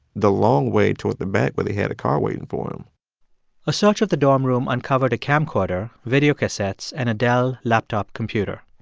the long way, toward the back, where they had a car waiting for him a search of the dorm room uncovered a camcorder, videocassettes and a dell laptop computer.